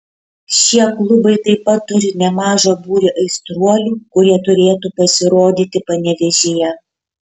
šie klubai taip pat turi nemažą būrį aistruolių kurie turėtų pasirodyti panevėžyje